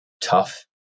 tough